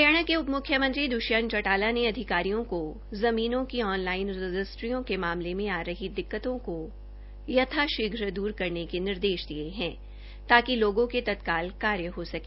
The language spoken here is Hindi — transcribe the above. हरियाणा के उप म्ख्यमंत्री श्री द्वष्यंत चौटाला ने अधिकारियों को जमीनों की ऑनलाइन रजिस्ट्रियों के मामले में आ रही दिक्कतों को यथाशीघ्र द्र करने के निर्देश दिए है ताकि लोगों के तत्काल कार्य हो सके